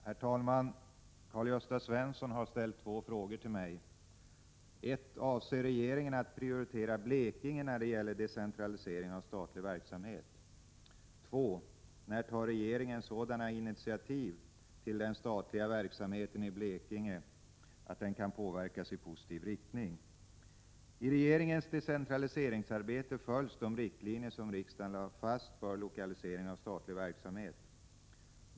Herr talman! Karl-Gösta Svenson har ställt två frågor till mig: 1. Avser regeringen att prioritera Blekinge när det gäller decentralisering av statlig verksamhet? 2. När tar regeringen sådana initiativ att den statliga verksamheten i Blekinge påverkas i positiv riktning? 51 I regeringens decentraliseringsarbete följs de riktlinjer som riksdagen lagt fast för lokalisering av statlig verksamhet.